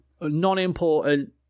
non-important